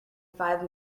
five